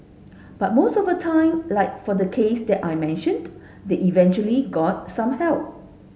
but most of the time like for the case that I mentioned they eventually got some help